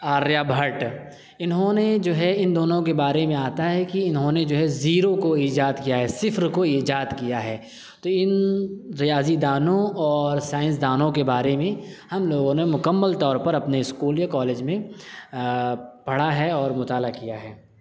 آریہ بھٹ انہوں نے جو ہے ان دونوں کے بارے میں آتا ہے کہ انہوں نے جو ہے زیرو کو ایجاد کیا ہے صفر کو ایجاد کیا ہے تو ان ریاضی دانوں اور سائنس دانوں کے بارے میں ہم لوگوں نے مکمل طور پر اپنے اسکول یا کالج میں پڑھا ہے اور مطالعہ کیا ہے